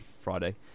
Friday